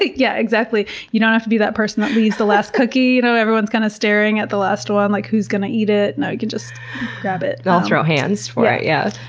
yeah, exactly. you don't have to be that person that leaves the last cookie, you know, everyone's kind of staring at the last one, like, who's going to eat it? no, you can just grab it. i'll throw hands for it. yeah